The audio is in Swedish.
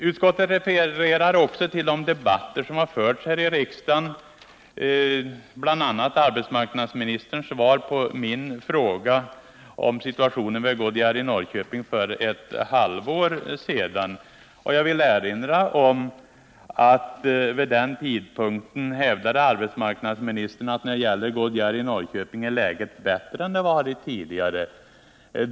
Utskottet refererar också till de debatter som har förts här i riksdagen, bl.a. arbetsmarknadsministerns svar på min fråga om situationen vid Goodyear i Norrköping för ett halvår sedan. Jag vill erinra om att arbetsmarknadsministern vid det tillfället hävdade att läget där var bättre än tidigare.